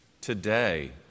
today